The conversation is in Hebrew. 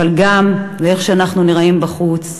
אבל גם איך אנחנו נראים בחוץ.